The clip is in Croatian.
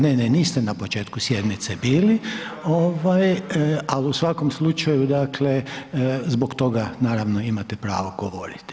Ne, ne, niste na početku sjednici bili ali u svakom slučaju dakle zbog toga naravno imate pravo govoriti.